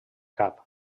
cap